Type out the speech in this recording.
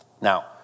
Now